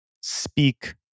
speak